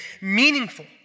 meaningful